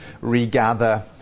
regather